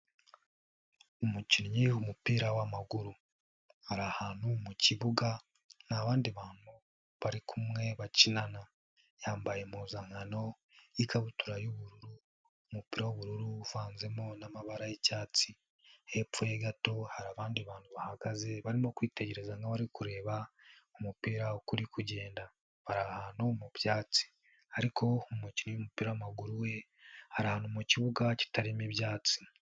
Umukinnyi w'umupira w'amaguru ari ahantu mu kibuga nta abandi bantu bari kumwe bakinana, yambaye impuzankano y'ikabutura y'ubururu, umupira w'ubururu uvanzemo n'amabara y'icyatsi, hepfo ya gato hari abandi bantu bahagaze barimo kwitegereza nk'abari kureba umupira uko uri kugenda, bari ahantu mubyatsi ariko umukinnyi w'umupira w'amaguru we ari mu kibuga kitarimo ibyatsi.